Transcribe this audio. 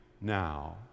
now